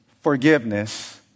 forgiveness